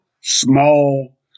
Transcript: small